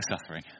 suffering